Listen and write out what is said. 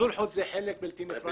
הסולחות הן חלק בלתי נפרד.